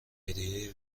هدیه